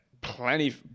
plenty